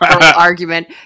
argument